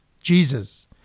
Jesus